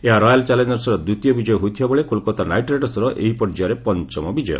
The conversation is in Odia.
ଏହା ରୟାଲ୍ ଚାଲେଞ୍ଜର୍ସର ଦ୍ୱିତୀୟ ବିଜୟ ହୋଇଥିବା ବେଳେ କୋଲକାତା ନାଇଟ୍ ରାଇଡର୍ସର ଏହି ପର୍ଯ୍ୟାୟରେ ପଞ୍ଚମ ପରାଜୟ